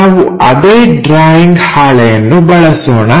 ನಾವು ಅದೇ ಡ್ರಾಯಿಂಗ್ ಹಾಳೆಯನ್ನು ಬಳಸೋಣ